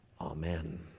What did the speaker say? Amen